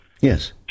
Yes